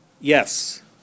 yes